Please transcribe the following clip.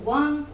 one